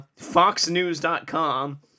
foxnews.com